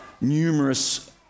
numerous